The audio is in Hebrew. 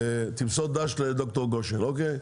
תמסור ד"ש ל ד"ר גושן אוקיי?